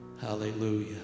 Hallelujah